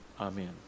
amen